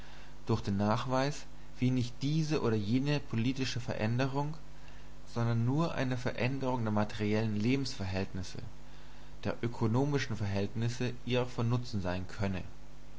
durch den nachweis wie nicht diese oder jene politische veränderung sondern nur eine veränderung der materiellen lebensverhältnisse der ökonomischen verhältnisse ihr von nutzen sein könne